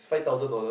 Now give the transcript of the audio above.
five thousand dollars